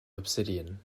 obsidian